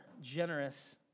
generous